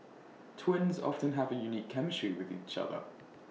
twins often have A unique chemistry with each other